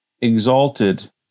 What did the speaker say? exalted